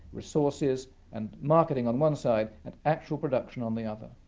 resources and marketing on one side, and actual production on the other.